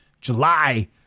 July